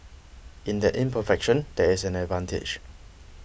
in that imperfection there is an advantage